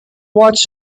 watch